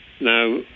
Now